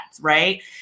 right